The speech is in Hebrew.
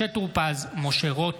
משה טור פז, משה רוט